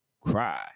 cry